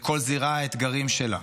ולכל זירה יש את האתגרים שלה.